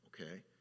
okay